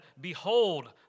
Behold